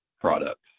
products